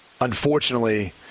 unfortunately